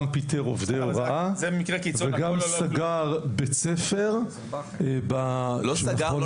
גם פיטר עובדי הוראה וגם סגר בית ספר --- לא סגר.